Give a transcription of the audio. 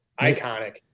iconic